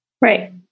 Right